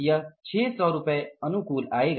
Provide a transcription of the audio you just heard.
यह 600 रुपये अनुकूल आएगा